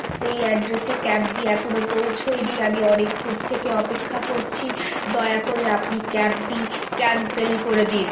সেই অ্যাড্রেসে ক্যাবটি এখনও পৌঁছয়নি আমি অনেকক্ষণ থেকে অপেক্ষা করছি দয়া করে আপনি ক্যাবটি ক্যানসেল করে দিন